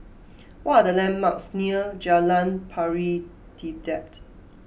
what are the landmarks near Jalan Pari Dedap